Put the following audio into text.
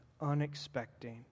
unexpected